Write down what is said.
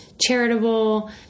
charitable